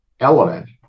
element